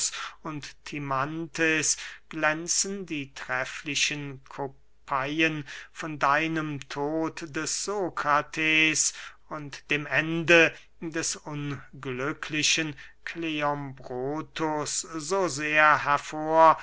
und timanthes glänzen die trefflichen kopeyen von deinem tod des sokrates und dem ende des unglücklichen kleombrotus so sehr hervor